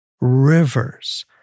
rivers